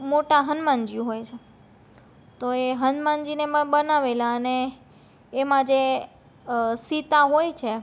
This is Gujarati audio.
મોટા હનમાનજી હોય છે તે તો એ હનમાનજીને એમાં બનાવેલા અને એમાં જે સીતા હોય છે